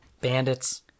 bandits